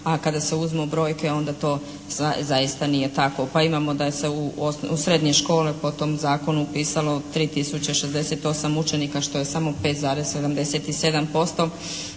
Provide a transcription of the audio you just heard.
a kada se uzmu brojke onda to zaista nije tako. Pa imamo da se u srednje škole po tom zakonu upisalo 3068 učenika što je samo 5,77%,